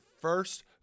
first